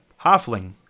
halfling